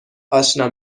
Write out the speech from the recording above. آشنا